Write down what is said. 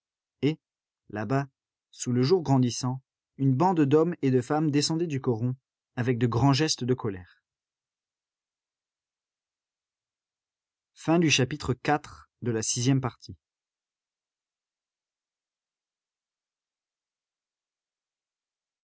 et là-bas sous le jour grandissant une bande d'hommes et de femmes descendaient du coron avec de grands gestes de colère